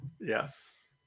Yes